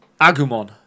agumon